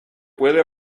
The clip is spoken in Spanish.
puede